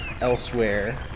elsewhere